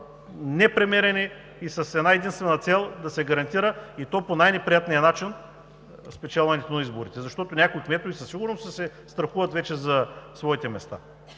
непремерени и са с една единствена цел: да се гарантира – и то по най-неприятния начин – спечелването на изборите, защото някои кметове със сигурност се страхуват вече за своите места.